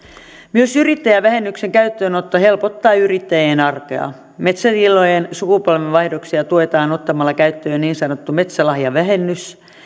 myös yrittäjävähennyksen käyttöönotto helpottaa yrittäjien arkea metsätilojen sukupolvenvaihdoksia tuetaan ottamalla käyttöön niin sanottu metsälahjavähennys